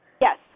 Yes